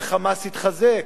ה"חמאס" התחזק,